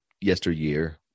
yesteryear